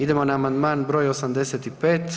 Idemo na amandman br. 85.